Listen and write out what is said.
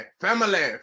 family